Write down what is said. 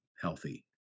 healthy